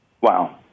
Wow